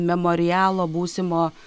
memorialo būsimo